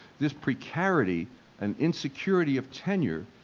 this precarity and insecurity of tenure,